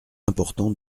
important